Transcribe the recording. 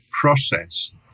process